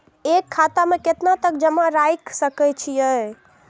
एक खाता में केतना तक जमा राईख सके छिए?